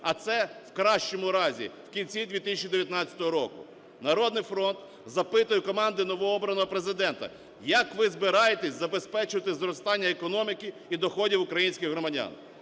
а це, в кращому разі, в кінці 2019 року. "Народний фронт" запитує команду новообраного Президента: як ви збираєтесь забезпечити зростання економіки і доходів українських громадян?